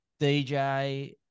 DJ